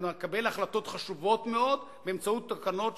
אנחנו נקבל החלטות חשובות מאוד באמצעות תקנות,